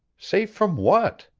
safe from what?